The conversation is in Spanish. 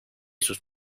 sus